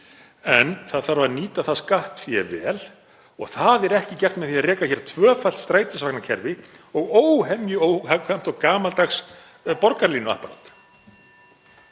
En það þarf að nýta það skattfé vel og það er ekki gert með því að reka tvöfalt strætisvagnakerfi og óhemju óhagkvæmt og gamaldags borgarlínuapparat.